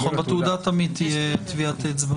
בתעודה תמיד תהיה טביעת אצבע.